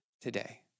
today